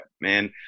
man